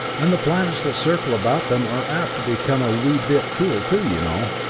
and the planets that circle about them are apt to become a wee bit cool too, you know.